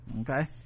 okay